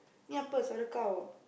cow